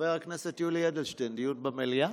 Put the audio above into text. חבר הכנסת יולי אדלשטיין, דיון במליאה?